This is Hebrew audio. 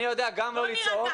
אני יכול גם לא לצעוק,